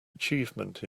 achievement